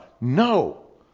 no